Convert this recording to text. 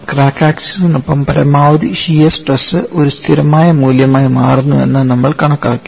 crack ആക്സിസിനൊപ്പം പരമാവധി shear stress ഒരു സ്ഥിരമായ മൂല്യമായി മാറുന്നുവെന്ന് നമ്മൾ കണക്കാക്കി